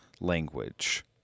language